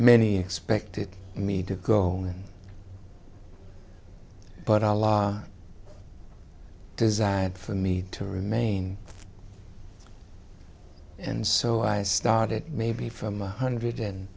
many expected me to go on but our law desired for me to remain and so i started maybe from a hundred and